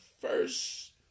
first